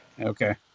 Okay